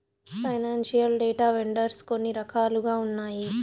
financial data vendors కొన్ని రకాలుగా ఉన్నాయి